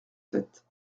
sept